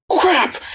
crap